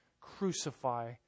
crucify